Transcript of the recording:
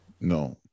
No